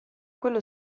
quello